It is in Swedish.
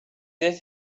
det